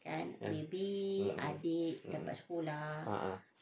a'ah